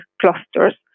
clusters